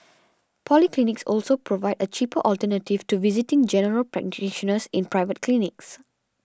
polyclinics also provide a cheap alternative to visiting General Practitioners in private clinics